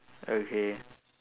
okay